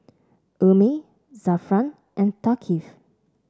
Ummi Zafran and Thaqif